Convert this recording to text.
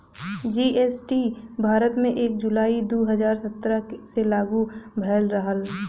GST Bharat में एक जुलाई दू हजार सत्रह से लागू भयल रहल